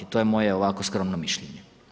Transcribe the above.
To je moje ovako skromno mišljenje.